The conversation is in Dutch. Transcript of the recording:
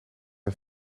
een